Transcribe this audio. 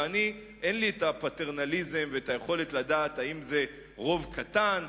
ואני אין לי הפטרנליזם והיכולת לדעת אם זה רוב קטן,